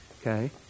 okay